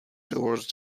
towards